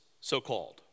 so-called